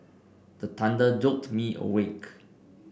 the thunder jolt me awake